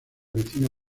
vecino